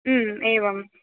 एवम्